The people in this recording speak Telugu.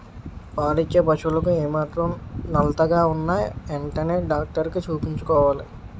పాలిచ్చే పశువులకు ఏమాత్రం నలతగా ఉన్నా ఎంటనే డాక్టరికి చూపించుకోవాలి